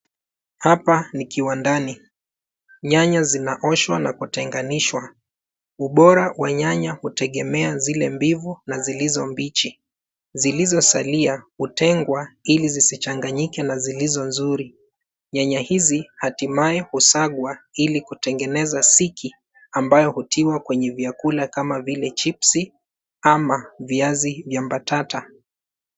Hapa ni kiwandani. Nyanya zinaoshwa na kutenganishwa. Ubora wa nyanya hutegemea zile mbivu na zilizo mbichi. Zilizosalia hutengwa ili zisichanganyike na zilizo nzuri. Nyanya hizi hatimaye husagwa ili kutengeneza siki ambayo hutiwa kwenye vyakula kama vile chipsi ama viazi vya mbatata.